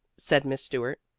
said miss stuart.